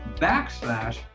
backslash